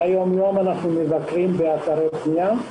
ביום-יום אנחנו מבקרים באתרי בנייה.